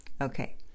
Okay